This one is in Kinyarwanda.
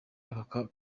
aka